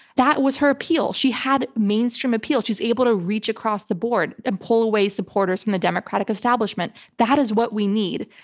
that was her appeal. she had mainstream appeal, she's able to reach across the board and pull away supporters from the democratic establishment. that is what we need.